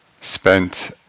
spent